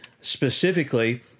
specifically